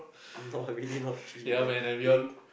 no not I really not cheap man is it